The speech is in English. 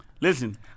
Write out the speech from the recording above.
Listen